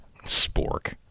Spork